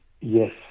Yes